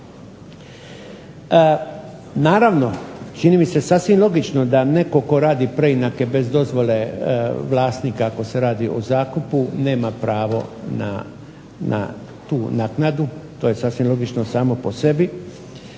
Naravno, čini mi se sasvim logično da netko tko radi preinake bez dozvole vlasnika ako se radi o zakupu nema pravo na tu naknadu. To je sasvim logično samo po sebi.